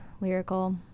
lyrical